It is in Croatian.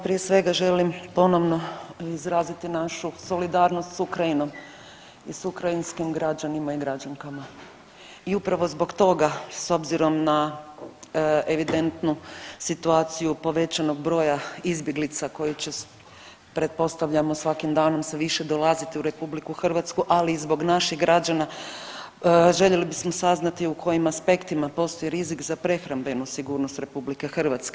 Prije svega želim ponovno izraziti našu solidarnost s Ukrajinom i s ukrajinskim građanima i građankama i upravo zbog toga s obzirom na evidentnu situaciju povećanog broja izbjeglica koji će pretpostavljamo svakim danom sve više dolaziti u RH, ali i zbog naših građana željeli bismo saznati u kojim aspektima postoji rizik za prehrambenu sigurnost RH.